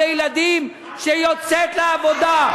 אם לילדים שיוצאת לעבודה,